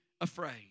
afraid